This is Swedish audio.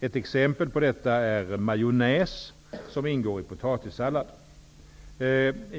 Ett exempel på detta är majonnäs som ingår i potatissallad.